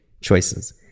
choices